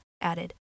added